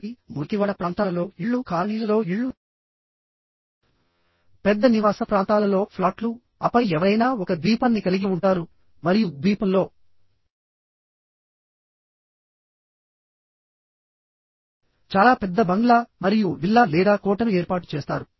కాబట్టి మురికివాడ ప్రాంతాలలో ఇళ్ళు కాలనీలలో ఇళ్ళు పెద్ద నివాస ప్రాంతాలలో ఫ్లాట్లు ఆపై ఎవరైనా ఒక ద్వీపాన్ని కలిగి ఉంటారు మరియు ద్వీపంలో చాలా పెద్ద బంగ్లా మరియు విల్లా లేదా కోటను ఏర్పాటు చేస్తారు